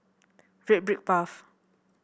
Red Brick Path